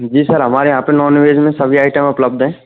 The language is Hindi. जी सर हमारे यहाँ पे नॉनवेज में सभी आइटम उपलब्ध है